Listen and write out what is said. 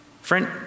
Friend